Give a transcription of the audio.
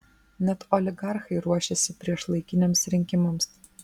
net oligarchai ruošiasi priešlaikiniams rinkimams